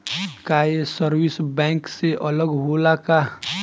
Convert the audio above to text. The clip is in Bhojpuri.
का ये सर्विस बैंक से अलग होला का?